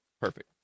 Perfect